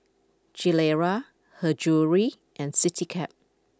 Gilera Her Jewellery and Citycab